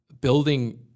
building